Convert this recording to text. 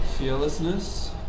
Fearlessness